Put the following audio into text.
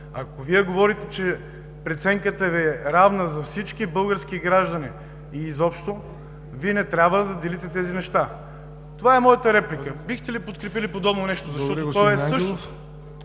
ако говорите, че преценката Ви е равна за всички български граждани и изобщо, не трябва да делите тези неща. Това е моята реплика: бихте ли подкрепили подобно нещо, защото то е същото?